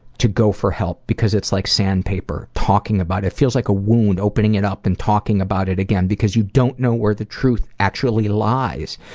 to go for help, because it's like sandpaper talking about it. it feels like a wound opening it up and talking about it again, because you don't know where the truth actually lies.